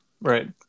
Right